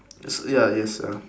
it's ya it's a